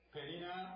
Perina